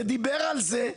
ודיבר על זה,